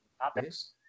topics